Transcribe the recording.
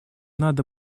надо